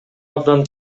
абдан